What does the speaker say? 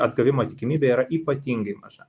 atgavimo tikimybė yra ypatingai maža